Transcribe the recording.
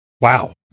Wow